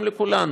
גם לכולנו,